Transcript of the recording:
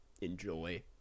enjoy